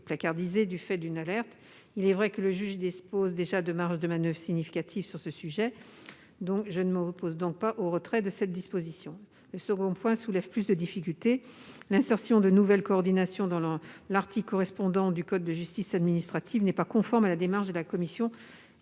auraient lancée. Il est vrai que le juge dispose déjà de marges de manoeuvre significatives sur ce sujet ; je ne m'oppose donc pas au retrait de cette disposition. Le I de l'amendement soulève en revanche plus de difficultés. L'insertion de nouvelles coordinations dans l'article correspondant du code de justice administrative n'est pas conforme à la démarche de la commission